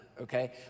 okay